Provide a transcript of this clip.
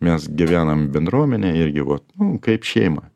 mes gyvenam bendruomenėj irgi vot nu kaip šeima